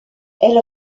elle